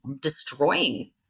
destroying